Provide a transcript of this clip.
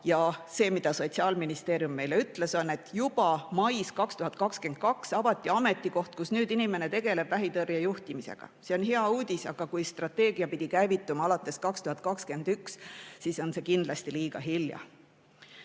rakenduskava. Sotsiaalministeerium ütles meile, et mais 2022 avati ametikoht, kus inimene tegeleb vähitõrje juhtimisega. See on hea uudis. Aga kui strateegia pidi käivituma alates 2021, siis on see kindlasti liiga hilja.